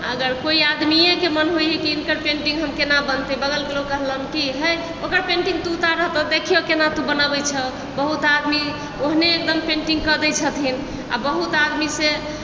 अगर कोइ आदमीये के मन होइ हय कि हिनकर पेंटिंग हम केना बनतै बगल के लोक कहलक कि हय ओकर पेंटिंग तू उतारहक तऽ देखियऽ केना तू बनाबै छऽ बहुत आदमी ओहने एगदम पेंटिंग कऽ दै छथिन आ बहुत आदमी से